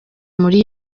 muri